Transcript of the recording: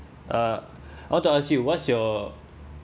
uh I want to ask you what's your